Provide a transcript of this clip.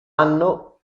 anno